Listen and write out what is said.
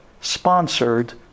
sponsored